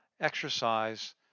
exercise